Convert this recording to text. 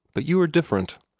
but you are different.